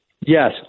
Yes